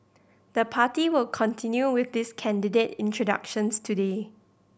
the party will continue with this candidate introductions today